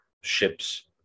ships